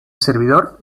servidor